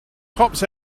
cops